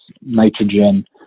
nitrogen